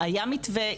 היה מתווה,